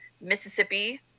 Mississippi